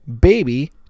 baby